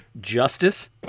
Justice